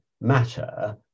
matter